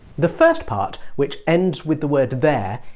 the first part, which ends with the word there,